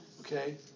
Okay